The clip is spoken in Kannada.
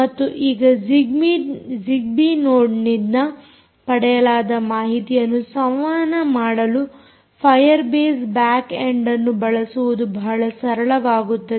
ಮತ್ತು ಈಗ ಜಿಗ್ಬೀ ನೋಡ್ನಿಂದ ಪಡೆಯಲಾದ ಮಾಹಿತಿಯನ್ನು ಸಂವಹನ ಮಾಡಲು ಫಾಯರ್ ಬೇಸ್ ಬ್ಯಾಕ್ ಎಂಡ್ಅನ್ನು ಬಳಸುವುದು ಬಹಳ ಸರಳವಾಗುತ್ತದೆ